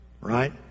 right